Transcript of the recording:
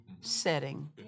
setting